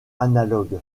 analogue